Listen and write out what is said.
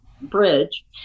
bridge